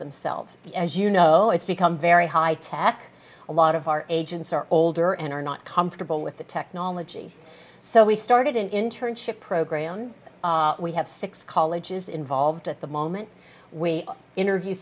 themselves as you know it's become very high tech a lot of our agents are older and are not comfortable with the technology so we started an internship program we have six colleges involved at the moment we interview